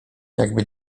jakby